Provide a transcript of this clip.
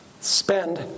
spend